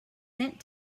sent